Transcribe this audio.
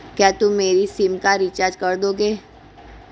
क्या तुम मेरी सिम का रिचार्ज कर दोगे?